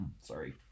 Sorry